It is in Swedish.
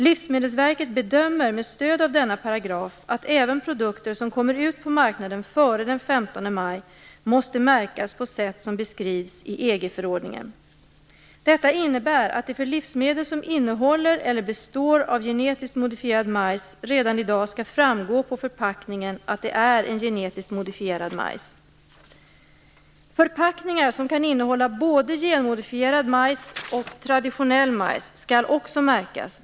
Livsmedelsverket bedömer med stöd av denna paragraf att även produkter som kommer ut på marknaden före den 15 maj måste märkas på sätt som beskrivs i EG-förordningen. Detta innebär att det för livsmedel som innehåller eller består av genetiskt modifierad majs redan i dag skall framgå på förpackningen att det är en genetiskt modifierad majs. Förpackningar som kan innehålla både genmodifierad majs och traditionell majs skall också märkas.